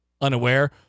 unaware